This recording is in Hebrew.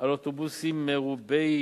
על אוטובוסים מרובי